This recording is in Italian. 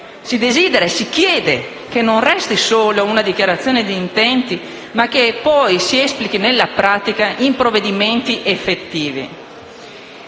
si auspica e si chiede che non resti solo una dichiarazione d'intenti, e che si esplichi nella pratica in provvedimenti effettivi.